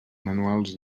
manuals